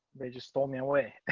they just told me away.